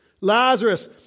Lazarus